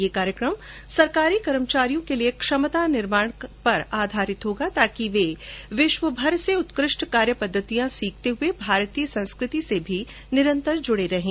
यह कार्यक्रम सरकारी कर्मचारियों के लिए क्षमता निर्माण का आधार होगा ताकि वे विश्वभर से उत्कृष्ट कार्य पद्धतियां सीखते हए भारतीय संस्कृति से भी निरंतर जुडे रहें